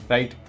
Right